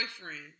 boyfriend